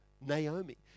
Naomi